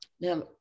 Now